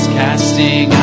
casting